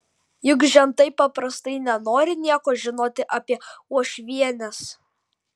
juk žentai paprastai nenori nieko žinoti apie uošvienes